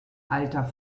alter